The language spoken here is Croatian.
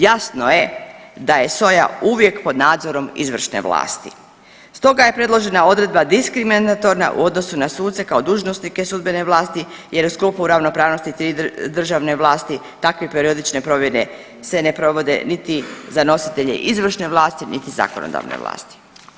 Jasno je da je SOA uvijek pod nadzorom izvršne vlasti, stoga je predložena odredba diskriminatorna u odnosu na suce kao dužnosnike sudbene vlasti jer u sklopu ravnopravnosti tri državne vlasti takve periodične provjere se ne provode niti za nositelje izvršne vlasti, niti zakonodavne vlasti.